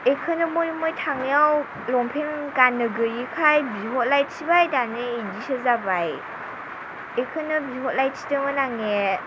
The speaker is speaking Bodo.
बेखौनो बहाय बहाय थांनायाव लंपेन गाननो गैयैखाय बिहरलायथिबाय दानिया बिदिसो जाबाय बेखौनो बिहरलायथिदोंमोन आङो